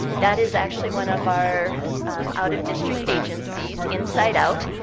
that is actually one of our out of district agencies, inside out.